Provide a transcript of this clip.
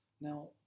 Now